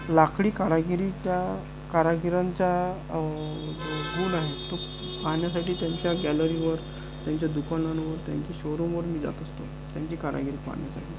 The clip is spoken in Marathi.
लाकडी कारागिरीच्या कारागिरांच्या जो गुण आहे तो पाहण्यासाठी त्यांच्या गॅलरीवर त्यांच्या दुकानांवर त्यांच्या शोरूमवर मी जात असतो त्यांची कारागिरी पाहण्यासाठी